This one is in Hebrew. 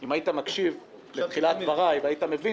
אם היית מקשיב לתחילת דבריי היית מבין